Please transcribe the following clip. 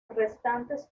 restantes